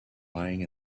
lying